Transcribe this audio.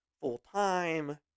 full-time